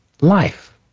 life